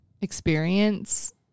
experience